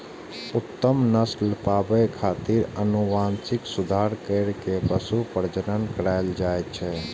उत्तम नस्ल पाबै खातिर आनुवंशिक सुधार कैर के पशु प्रजनन करायल जाए छै